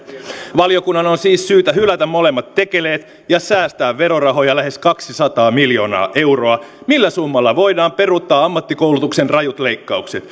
valiokunnan on siis syytä hylätä molemmat tekeleet ja säästää verorahoja lähes kaksisataa miljoonaa euroa millä summalla voidaan peruuttaa ammattikoulutuksen rajut leikkaukset